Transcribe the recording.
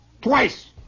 twice